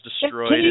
destroyed